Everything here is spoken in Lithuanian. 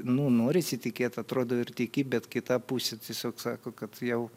nu norisi tikėt atrodo ir tiki bet kita pusė tiesiog sako kad jau